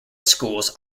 schools